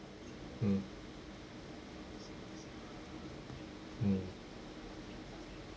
mm mm